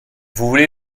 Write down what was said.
voulez